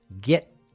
Get